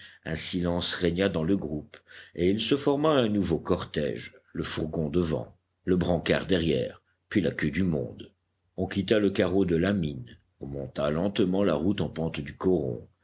un silence régna dans le groupe et il se forma un nouveau cortège le fourgon devant le brancard derrière puis la queue du monde on quitta le carreau de la mine on monta lentement la route en pente du coron